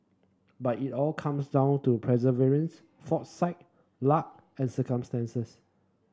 but it all comes down to perseverance foresight luck and circumstances